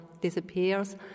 disappears